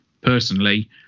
personally